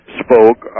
spoke